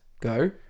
Go